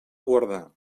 guardar